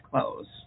closed